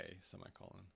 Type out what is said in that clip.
semicolon